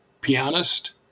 pianist